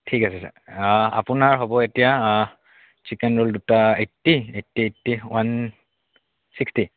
ঠিক আছে আপোনাৰ হ'ব এতিয়া চিকেন ৰ'ল দুটা eighty eighty eighty one sixty